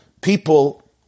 people